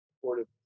supportive